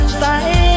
fight